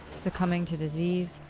succumbing to disease,